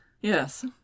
yes